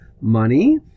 money